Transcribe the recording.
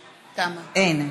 אין.